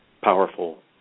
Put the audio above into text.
powerful